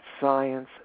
science